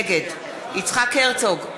נגד יצחק הרצוג,